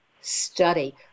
study